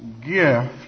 gift